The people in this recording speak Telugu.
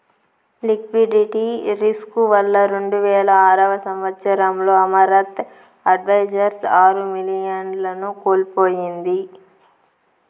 లిక్విడిటీ రిస్కు వల్ల రెండువేల ఆరవ సంవచ్చరంలో అమరత్ అడ్వైజర్స్ ఆరు మిలియన్లను కోల్పోయింది